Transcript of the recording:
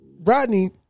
Rodney